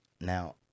Now